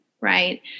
right